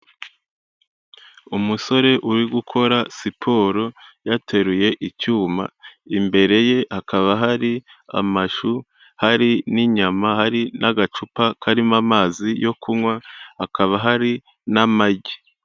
Umusore uri gukora siporo yateruye icyuma, imbere ye hakaba hari amashu, hari n'inyama, hari n'agacupa karimo amazi yo kunywa, hakaba hari n'amagi.